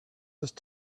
just